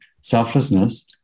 selflessness